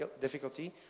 difficulty